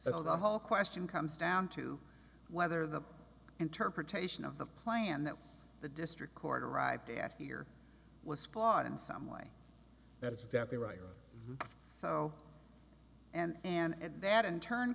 so the whole question comes down to whether the interpretation of the plan that the district court arrived at here was flawed in some way that is that they were so and and that in turn